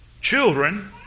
children